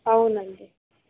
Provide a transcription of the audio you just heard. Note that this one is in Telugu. అవునండి